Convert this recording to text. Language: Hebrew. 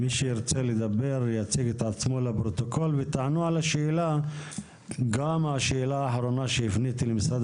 אני מבקש מכם לענות גם על השאלה האחרונה שהפניתי למשרד